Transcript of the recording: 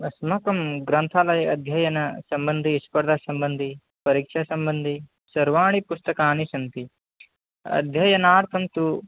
अस्माकं ग्रन्थालये अध्ययनसम्बन्धि स्पर्धासम्बन्धि परीक्षासम्बन्धि सर्वाणि पुस्तकानि सन्ति अध्ययनार्थं तु